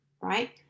right